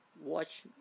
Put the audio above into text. watch